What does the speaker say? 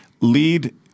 lead